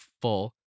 full